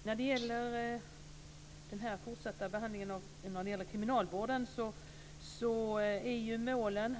Fru talman! När det gäller den fortsatta behandlingen i kriminalvården är målen